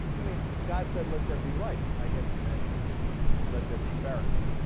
i mean god said let there be light i guess he meant let there be farrakhan